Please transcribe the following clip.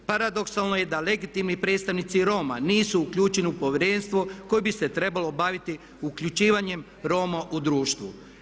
Paradoksalno je da legitimni predstavnici Roma nisu uključeni u povjerenstvo koje bi se trebalo baviti uključivanjem Roma u društvo.